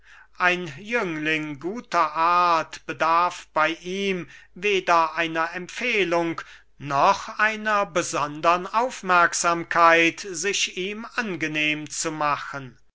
ein jüngling guter art bedarf bey ihm weder einer empfehlung noch einer besondern aufmerksamkeit sich ihm angenehm zu machen